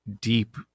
deep